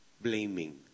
Blaming